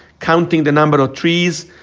counting the number of trees,